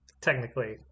technically